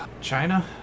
China